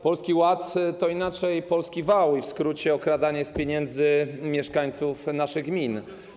Polski Ład to inaczej polski wał i w skrócie okradanie z pieniędzy mieszkańców naszych gmin.